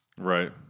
right